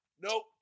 nope